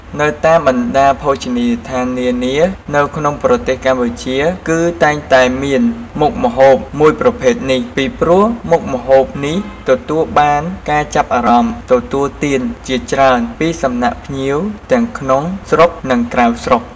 នៅតាមបណ្តាភោជនីយដ្ធាននានា នៅក្នុងប្រទេសកម្ពុជាគឺតែងតែមានមុខម្ហូបមួយប្រភេទនេះ ពីព្រោះមុខម្ហូបនេះទទួលបានការចាប់អារម្មណ៌ទទួលទានជាច្រើនពីសំណាក់ភ្ញៀវទាំងក្នុងស្រុកនិងក្រៅស្រុក។